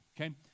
okay